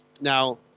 now